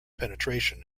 penetration